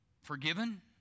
forgiven